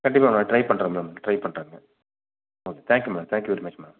கண்டிப்பாக ma'am try பண்ணுறேன் ma'am try பண்ணுறேங்க okay thank you ma'am thank you very much ma'am